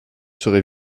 serai